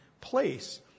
place